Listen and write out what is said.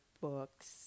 books